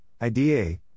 IDA